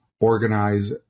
organize